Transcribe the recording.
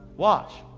watch.